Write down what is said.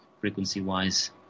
frequency-wise